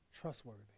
trustworthy